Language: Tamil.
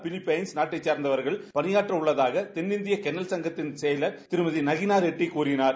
பிலிப்பைன்ஸ் நாட்டைச் சார்ந்தவர்கள் பணிபாற்ற உள்ளதாக தென்னிந்திய கென்னல் சங்கத்தின் செயலர் திருமதி நகினா ரெட்டி கூறினார்